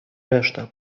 reszta